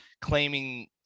claiming